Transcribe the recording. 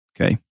Okay